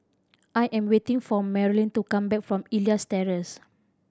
I am waiting for Marylyn to come back from Elias Terrace